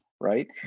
right